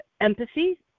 empathy